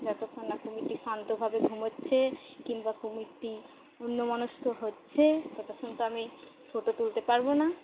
যতক্ষণ না কুমিরটি শান্তভাবে ঘুমোচ্ছে কিংবা কুমিরটি অন্যমনষ্ক হচ্ছে ততক্ষণ তো আমি ফোটো তুলতে পারবো না